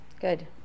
Good